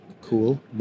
cool